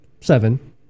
seven